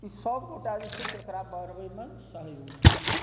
ई सभगोटए जे छै से एकरा बढ़बयमे सहयोग कयलखिन